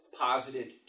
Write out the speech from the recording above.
posited